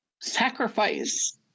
sacrifice